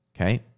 okay